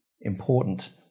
important